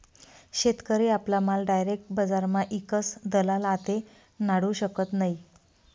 शेतकरी आपला माल डायरेक बजारमा ईकस दलाल आते नाडू शकत नै